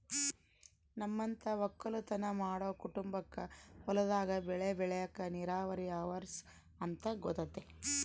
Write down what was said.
ನಮ್ಮಂತ ವಕ್ಕಲುತನ ಮಾಡೊ ಕುಟುಂಬಕ್ಕ ಹೊಲದಾಗ ಬೆಳೆ ಬೆಳೆಕ ನೀರಾವರಿ ಅವರ್ಸ ಅಂತ ಗೊತತೆ